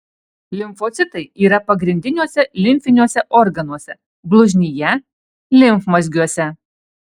limfocitai yra pagrindiniuose limfiniuose organuose blužnyje limfmazgiuose